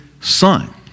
son